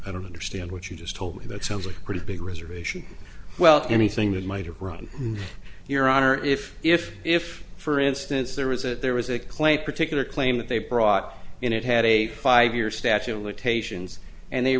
i don't understand what you just told me that sounds like a pretty big reservation well anything that might run your honor if if if for instance there was a there was a claim particular claim that they brought in it had a five year statute of limitations and they